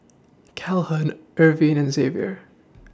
Calhoun Irvine and Xavier